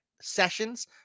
sessions